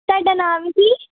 ਤੁਹਾਡਾ ਨਾਮ ਕੀ